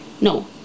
No